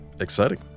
Exciting